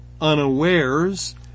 unawares